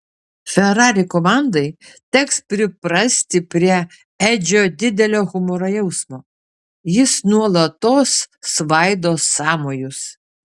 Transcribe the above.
ferrari komandai teks priprasti prie edžio didelio humoro jausmo jis nuolatos svaido sąmojus